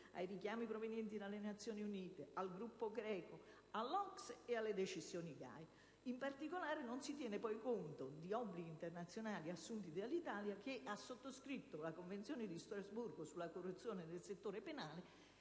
ai richiami provenienti dall'Europa, dalle Nazioni Unite, dal Gruppo greco, dall'OCSE e dalle decisioni GAI. In particolare, non si tiene conto degli obblighi internazionali assunti dall'Italia sottoscrivendo la Convenzione di Strasburgo sulla corruzione nel settore penale